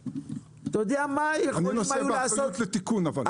אבל אני נושא באחריות לתיקון.